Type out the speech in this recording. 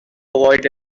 avoid